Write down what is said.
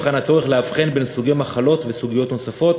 נבחן הצורך להבחין בין סוגי מחלות וסוגיות נוספות.